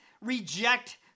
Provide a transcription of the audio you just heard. reject